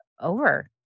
over